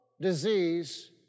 disease